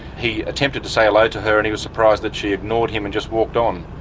he attempted to say hello to her and he was surprised that she ignored him and just walked on.